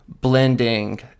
blending